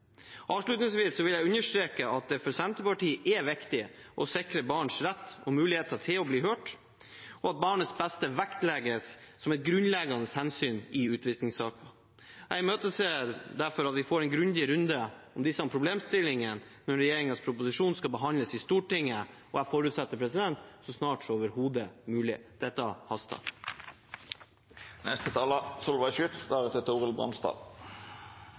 Avslutningsvis vil jeg understreke at det for Senterpartiet er viktig å sikre barns rett og muligheter til å bli hørt, og at barnets beste vektlegges som et grunnleggende hensyn i utvisningssaker. Jeg imøteser derfor at vi får en grundig runde om disse problemstillingene når regjeringens proposisjon skal behandles i Stortinget, og jeg forutsetter: så snart som overhodet mulig. Dette